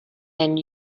and